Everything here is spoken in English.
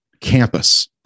campus